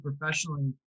professionally